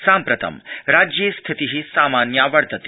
साम्प्रतं राज्ये स्थिति सामान्या वर्तते